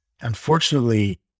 Unfortunately